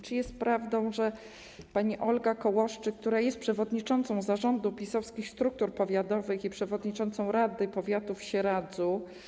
Czy prawdą jest, że pani Olga Kołoszczyk, która jest przewodniczącą zarządu PiS-owskich struktur powiatowych i przewodniczącą rady powiatu w Sieradzu.